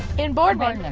in boardwalk.